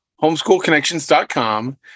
homeschoolconnections.com